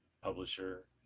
publisher